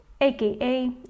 aka